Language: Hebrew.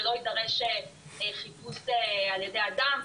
ולא יידרש חיפוש על ידי אדם,